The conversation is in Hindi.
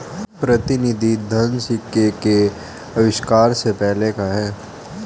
प्रतिनिधि धन सिक्के के आविष्कार से पहले का है